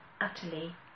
utterly